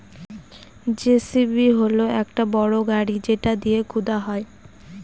JCB হল একটা বড় গাড়ি যেটা দিয়ে খুদা হয়